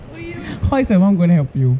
how is your mum going to help you